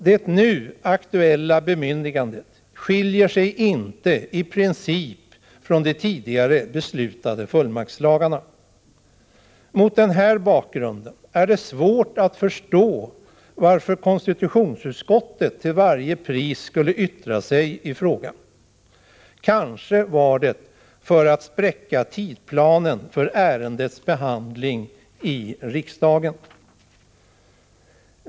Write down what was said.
Det nu aktuella bemyndigandet skiljer sig inte i princip från de tidigare beslutade fullmaktslagarna. Mot den här bakgrunden är det svårt att förstå varför konstitutionsutskottet till varje pris skulle yttra sig i frågan. Kanske var det för att spräcka tidsplanen för ärendets behandling i riksdagen.